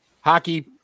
hockey